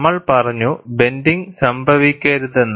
നമ്മൾ പറഞ്ഞു ബ്ലെൻഡിങ് സംഭവിക്കരുതെന്ന്